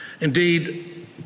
Indeed